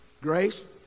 Grace